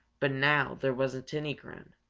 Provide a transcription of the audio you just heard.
but now there wasn't any grin,